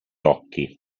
occhi